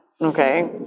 Okay